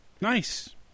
Nice